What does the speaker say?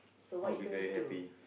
so what you gonna do